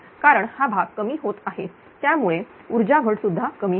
कारण हा भाग कमी होत आहे त्यामुळे ऊर्जा घट सुद्धा कमी होईल